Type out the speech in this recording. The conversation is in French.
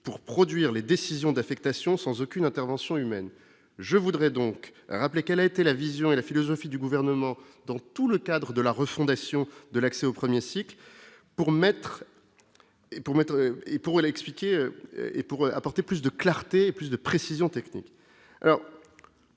pour produire les décisions d'affectation, sans aucune intervention humaine je voudrais donc rappeler qu'la télévision la vision et la philosophie du gouvernement dans tout le cadre de la refondation de l'accès au 1er cycle pour maître et pour mettre et pourrait l'expliquer